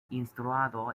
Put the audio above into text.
instruado